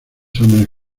exámenes